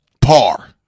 par